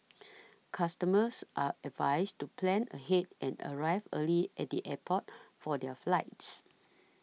customers are advised to plan ahead and arrive early at the airport for their flights